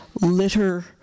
litter